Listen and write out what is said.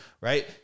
Right